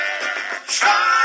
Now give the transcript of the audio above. Try